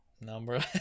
number